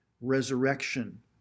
Resurrection